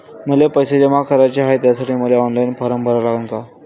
मले पैसे जमा कराच हाय, त्यासाठी मले ऑनलाईन फारम भरा लागन का?